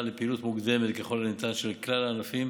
לפעילות מוקדמת ככל הניתן של כלל הענפים